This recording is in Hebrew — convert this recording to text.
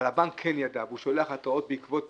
אבל הבנק כן ידע והוא שולח התרעות בעקבות פטירה,